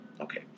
Okay